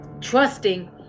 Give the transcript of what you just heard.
trusting